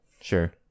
sure